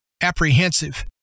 apprehensive